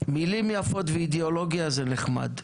מילים יפות ואידיאולוגיה זה נחמד.